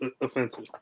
offensive